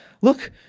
look